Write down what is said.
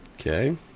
Okay